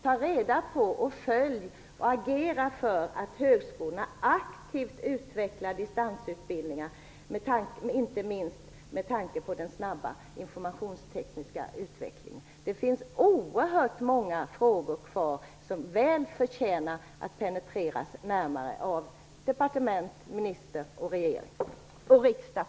Ta reda på, följ och agera för att högskolorna aktivt utvecklar distansutbildningar, inte minst med tanke på den snabba informationstekniska utvecklingen. Det finns oerhört många frågor kvar som väl förtjänar att penetreras närmare av departement, minister, regering och riksdag.